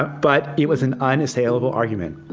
but it was an unassailable argument.